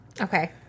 Okay